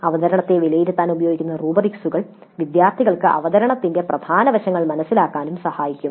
അവതരണത്തെ വിലയിരുത്താൻ ഉപയോഗിക്കുന്ന റുബ്രിക്സുകൾ വിദ്യാർത്ഥികൾക്ക് അവതരണത്തിന്റെ പ്രധാന വശങ്ങൾ മനസിലാക്കാൻ സഹായിക്കും